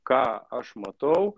ką aš matau